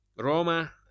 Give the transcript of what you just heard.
Roma